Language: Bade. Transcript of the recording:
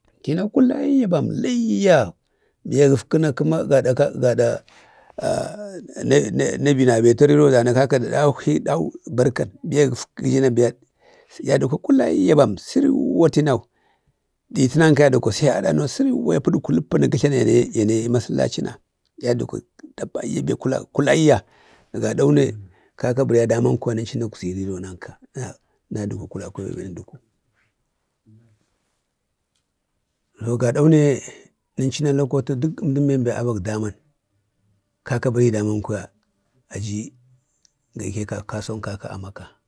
Tinau kulayya bam layya. Biya gəkfu na kəma gaɗa-gaɗa Nainabi nabetu rəro dana Kaka da ɗahwi tinau barkan. Biye gəkfu na biya ya dukwa kuyayya bam. Siriwwa tinau. Ɗitənan ka ya dukwa sai aɗano, səriwwa. i pədkwa ləppa na gə tlana yane-yane masalaci nay a dəkwa be ɗavayya kulayya. Na gaɗau ne Kaka baraya daman kuya nəncu nagzi reno nanka na-na- nadəkwi kulakwe bambe nədukwu. To gaɗau ne nəncu na lokotə dək dək bambe abag daman, Kaka bəri daman kuya aji gaike kason Kaka a Maka.